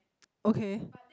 okay